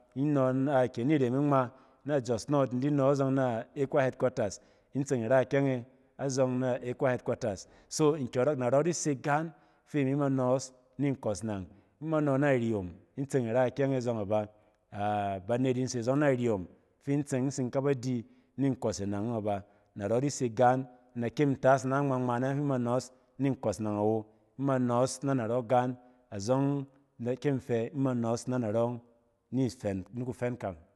Inↄ na-ire meng ngma na jos north in di nↄ zↄng na ecwa headquaters in tseng ira ikyɛng e azↄng na ecwa headquaters. So nkyↄrↄk, narↄ di se gaan fi imi ma nↄↄs ni nkↄs nang. Ima nↄ na riyom in tseng ira ikyɛng e zↄng aba. A-banet in se zↄng na riyom fi in tseng in tsin ka ba di ni nkↄs e nang aba. Narↄ di se gaan in da kyem in tas ina ngma-ngma nayↄng fi ima nↄↄs ni nkↄs nang awo. Ima nↄↄs na narↄ gaan azↄng in da kyem in fi ima nↄↄs nanarↄng ni fɛn, ni kufɛn kang.